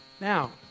Now